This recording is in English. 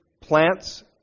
plants